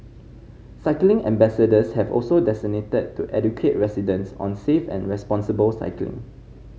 cycling ambassadors have also designated to educate residents on safe and responsible cycling